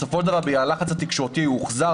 בסופו של דבר בגלל הלחץ התקשורתי הוא הוחזר,